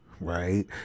right